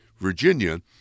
Virginia